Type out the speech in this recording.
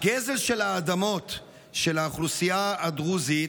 הגזל של האדמות של האוכלוסייה הדרוזית,